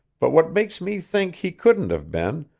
but what makes me think he couldn't have been,